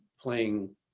playing